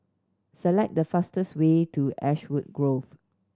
select the fastest way to Ashwood Grove